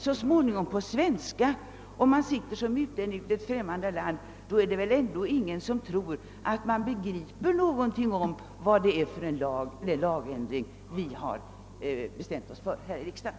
Så småningom får man kanske dem på svenska, men det är väl ingen som tror att en utlänning som sitter i främmande land begriper vilka lagändringar vi har beslutat om här i riksdagen.